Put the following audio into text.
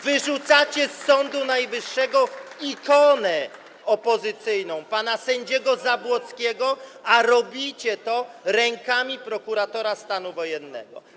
Wyrzucacie z Sądu Najwyższego ikonę opozycji, pana sędziego Zabłockiego, a robicie to rękami prokuratora stanu wojennego.